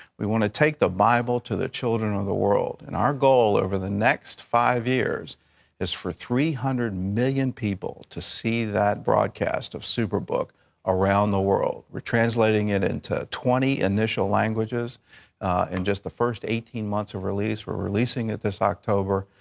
we want to take the bible to the children of the world. and our goal over the next five years is for three hundred million people to see that broadcast of superbook around the world. we're translating it into twenty initial languages in just the first eighteen months of release. we're releasing it this october.